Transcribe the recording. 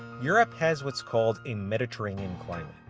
europe has what's called a mediterranean climate.